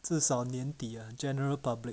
至少年底 the general public